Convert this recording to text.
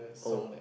oh